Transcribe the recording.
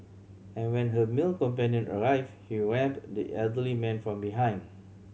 and when her male companion arrived he rammed the elderly man from behind